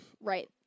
Right